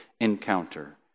encounter